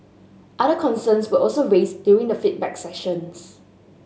other concerns were also raised during the feedback sessions